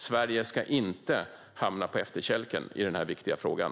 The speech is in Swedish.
Sverige ska inte hamna på efterkälken i den här viktiga frågan.